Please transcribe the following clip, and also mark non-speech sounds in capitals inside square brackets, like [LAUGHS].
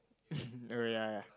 [LAUGHS] oh ya ya